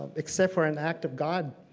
accept for an act of god,